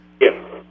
Yes